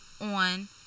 on